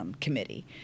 committee